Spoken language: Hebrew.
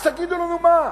אז תגידו לנו מה.